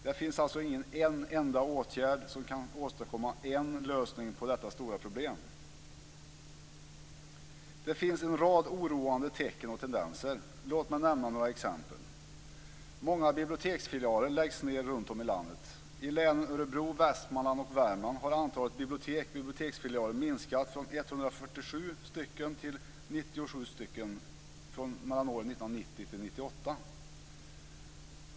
Det finns alltså inte en enda åtgärd som kan åstadkomma en lösning på detta stora problem. Det finns en rad oroande tecken och tendenser. Låt mig nämna några exempel. Många biblioteksfilialer läggs ned runtom i landet. I länen Örebro, Västmanland och Värmland har antalet bibliotek och biblioteksfilialer minskat från 147 till 97 mellan åren 1990 och 1998.